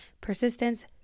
persistence